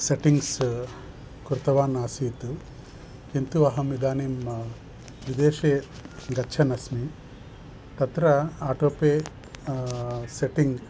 settings कृतवान् आसीत् किन्तु अहम् इदानीं विदेशे गच्छन् अस्मि तत्र आटो पे सेट्टिङ्ग्